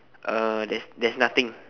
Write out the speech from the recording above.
uh there's there's nothing